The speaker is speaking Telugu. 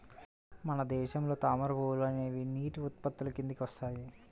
మన దేశంలో తామర పువ్వులు అనేవి నీటి ఉత్పత్తుల కిందికి వస్తాయి